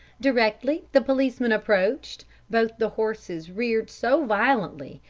directly the policeman approached, both the horses reared so violently,